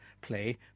play